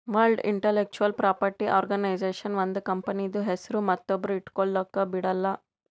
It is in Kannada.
ವರ್ಲ್ಡ್ ಇಂಟಲೆಕ್ಚುವಲ್ ಪ್ರಾಪರ್ಟಿ ಆರ್ಗನೈಜೇಷನ್ ಒಂದ್ ಕಂಪನಿದು ಹೆಸ್ರು ಮತ್ತೊಬ್ರು ಇಟ್ಗೊಲಕ್ ಬಿಡಲ್ಲ